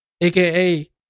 AKA